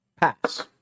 pass